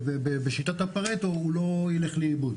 ושהוא לא ילך לאיבוד.